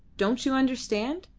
don't you understand?